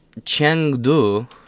Chengdu